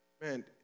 man